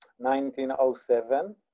1907